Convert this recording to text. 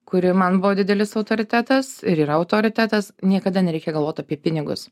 kuri man buvo didelis autoritetas ir yra autoritetas niekada nereikia galvot apie pinigus